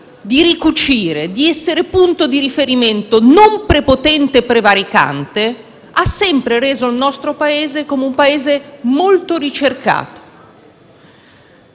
di ricucire, di essere punto di riferimento non prepotente e prevaricante ha sempre reso il nostro un Paese molto ricercato,